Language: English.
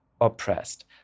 oppressed